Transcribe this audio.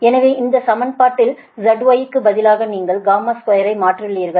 எனவே இந்த சமன்பாட்டில் zy க்கு பதிலாக நீங்கள் 2ஐ மாற்றுகிறீர்கள்